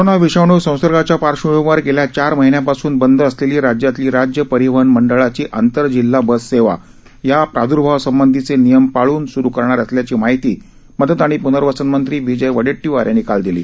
corona विषाण संसर्गाच्या पार्श्र्वभुमीवर गेल्या चार महिन्यांपासून बंद असलेली राज्यातली राज्य परिवहन मंडळाची आंतरजिल्हा बस सेवा या प्रादर्भावासंबंधीचे नियम पाळून सुरु करणार असल्याची माहिती मदत आणि पनर्वसन मंत्री विजय वडेट्टीवार यांनी काल दिली